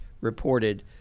reported